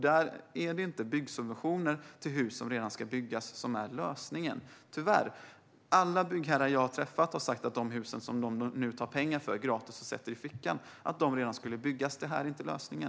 Det är inte byggsubventioner till hus som redan ska byggas som är lösningen - tyvärr. Alla byggherrar jag har träffat har sagt att de hus de nu tar pengar för, gratis, och stoppar i fickan redan skulle byggas. Detta är inte lösningen.